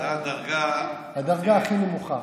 זו הדרגה, הדרגה הכי נמוכה.